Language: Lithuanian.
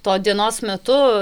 to dienos metu